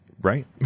Right